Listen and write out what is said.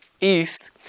east